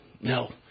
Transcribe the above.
no